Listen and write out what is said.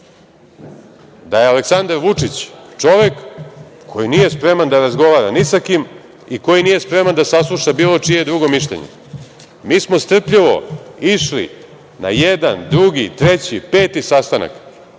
da je Aleksandar Vučić čovek koji nije spreman da razgovora ni sa kim i koji nije spreman da sasluša bilo čije drugo mišljenje. Mi smo strpljivo išli na jedan, drugi, treći, peti sastanak